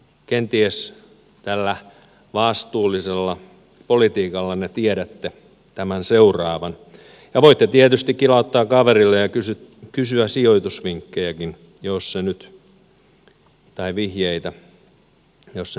kenties tällä vastuullisella politiikallanne tiedätte tämän seuraavan ja voitte tietysti kilauttaa kaverille ja kysyä sijoitusvihjeitä jos se nyt helpottaa